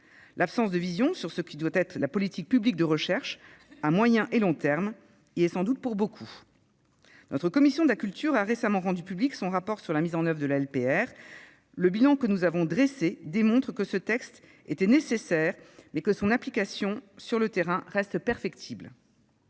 L'absence de vision sur ce que doit être la politique publique de recherche à moyen et long termes y est sans doute pour beaucoup ... La commission de la culture du Sénat a récemment rendu public son rapport d'information sur la mise en oeuvre de la LPR. Le bilan que nous avons dressé démontre que ce texte était nécessaire, mais que son application sur le terrain reste perfectible.